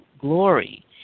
glory